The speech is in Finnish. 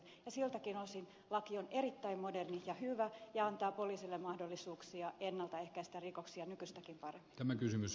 siltäkin osin laki on erittäin moderni ja hyvä ja antaa poliisille mahdollisuuksia ennaltaehkäistä rikoksia nykyistäkin paremmin